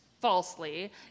falsely